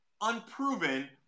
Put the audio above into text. unproven